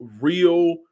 real